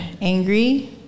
angry